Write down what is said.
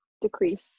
decrease